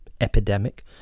epidemic